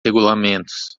regulamentos